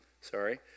sorry